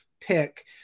pick